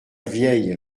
vieille